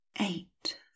Eight